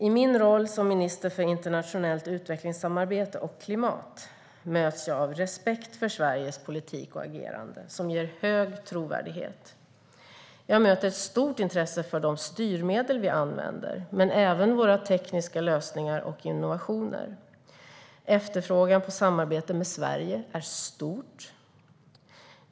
I min roll som minister för internationellt utvecklingssamarbete och klimat möts jag av respekt för Sveriges politik och agerande, som ger hög trovärdighet. Jag möter ett stort intresse för de styrmedel vi använder men även våra tekniska lösningar och innovationer. Efterfrågan på samarbete med Sverige är stor.